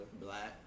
black